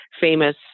famous